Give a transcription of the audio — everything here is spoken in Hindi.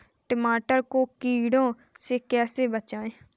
टमाटर को कीड़ों से कैसे बचाएँ?